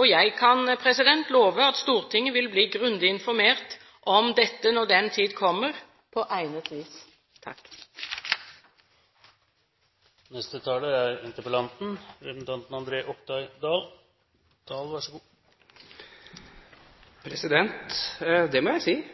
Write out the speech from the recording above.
og jeg kan love at Stortinget vil bli grundig informert om dette på egnet vis når den tid kommer. Det må jeg si!